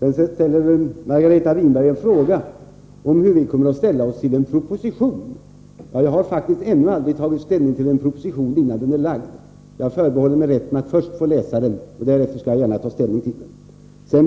Sedan ställde Margareta Winberg en fråga om hur vi kommer att ställa oss till en proposition. Jag har faktiskt aldrig tagit ställning till en proposition innan den är lagd. Jag förbehåller mig rätten att först få läsa den. Därefter ” skall jag gärna ta ställning till den.